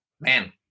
man